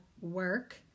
work